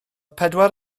pedwar